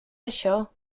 això